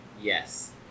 yes